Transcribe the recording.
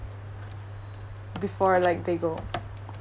before like they go